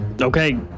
Okay